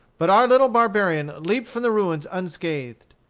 but our little barbarian leaped from the ruins unscathed.